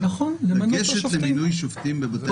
לגשת למינוי שופטים בבתי המשפט.